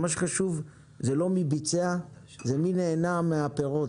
מה שחשוב הוא לא מי ביצע אלא מי נהנה מן הפירות,